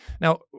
Now